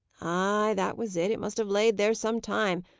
ay, that was it. it must have laid there some time.